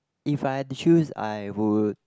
if I had to choose I would